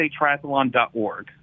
usatriathlon.org